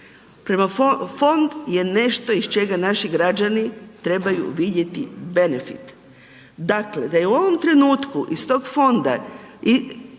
novce. Fond je nešto iz čega naši građani trebaju vidjeti benefit. Dakle, da je u ovom trenutnu iz tog fonda,